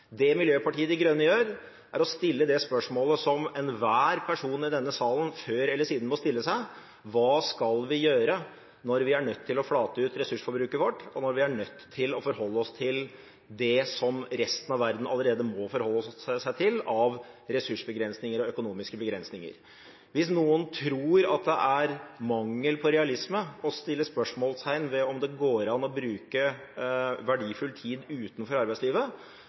Det Miljøpartiet De Grønne gjør, er å stille det spørsmålet som enhver person i denne salen før eller siden må stille seg: Hva skal vi gjøre når vi er nødt til å flate ut ressursforbruket vårt, og når vi er nødt til å forholde oss til det som resten av verden allerede må forholde seg til av ressursbegrensninger og økonomiske begrensninger? Hvis noen tror at det er mangel på realisme å sette spørsmålstegn ved om det går an å bruke verdifull tid utenfor arbeidslivet,